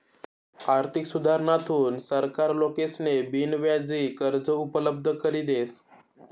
आर्थिक सुधारणाथून सरकार लोकेसले बिनव्याजी कर्ज उपलब्ध करी देस